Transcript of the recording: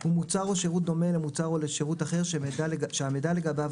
הוא מוצר או שירות דומה למוצר או לשירות אחר שהמידע לגביו